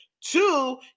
Two